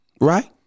right